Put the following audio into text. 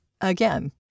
again